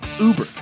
Uber